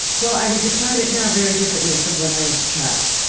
well, i would define it now very differently from when i was a child.